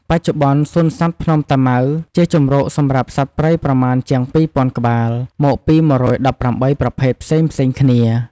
បច្ចុប្បន្ន សួនសត្វភ្នំតាម៉ៅជាជម្រកសម្រាប់សត្វព្រៃប្រមាណជាង ២,០០០ ក្បាល មកពី ១១៨ ប្រភេទ ផ្សេងៗគ្នា។